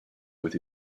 with